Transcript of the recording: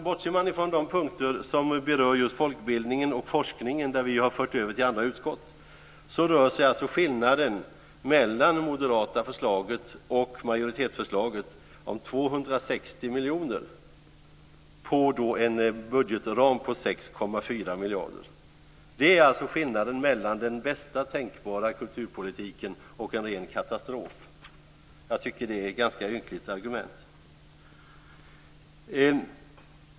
Bortser man från de punkter som berör just folkbildningen och forskningen, där vi har fört över till andra utskott, rör sig skillnaden mellan det moderata förslaget och majoritetsförslaget om 260 miljoner - på en budgetram på 6,4 miljarder. Det är alltså skillnaden mellan den bästa tänkbara kulturpolitiken och en ren katastrof. Jag tycker att det är ett ganska ynkligt argument.